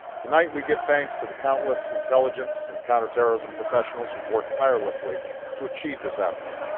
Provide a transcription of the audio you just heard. tonight, we give thanks to the countless intelligence and counterterrorism professionals who've worked tirelessly to achieve this outcome.